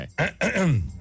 Okay